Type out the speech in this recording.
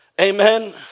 amen